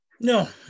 no